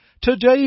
Today